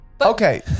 Okay